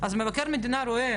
או שזו קדנציה מתחדשת,